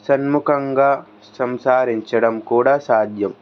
షణ్ముఖంగా సంస్కరించడం కూడా సాధ్యం